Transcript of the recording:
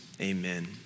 Amen